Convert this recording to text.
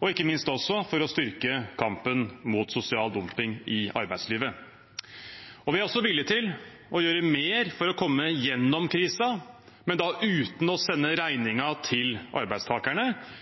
og ikke minst også for å styrke kampen mot sosial dumping i arbeidslivet. Vi er også villig til å gjøre mer for å komme gjennom krisen, men da uten å sende regningen til arbeidstakerne.